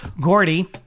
Gordy